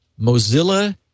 Mozilla